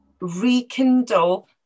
rekindle